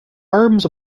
arms